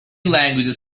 languages